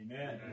Amen